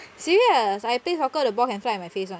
serious I play soccer the ball can fly in my face [one]